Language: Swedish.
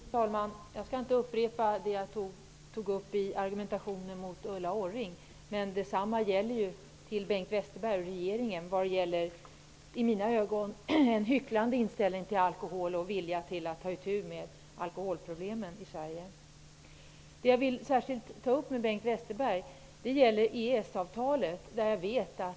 Fru talman! Jag skall inte upprepa de argument som jag tog upp i diskussionen med Ulla Orring, men detsamma gäller Bengt Westerberg och regeringen: Ni har en i mina ögon hycklande inställning till alkohol och när det gäller viljan att ta itu med alkoholproblemen i Sverige. Det jag särskilt vill ta upp med Bengt Westerberg gäller EES-avtalet.